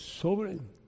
Sovereign